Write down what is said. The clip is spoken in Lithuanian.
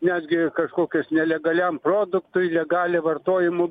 netgi kažkokios nelegaliam produktui legalią vartojimo